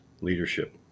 leadership